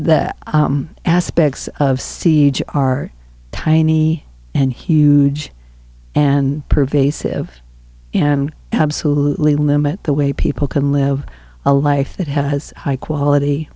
that aspects of siege are tiny and huge and pervasive and absolutely limit the way people can live a life that has high quality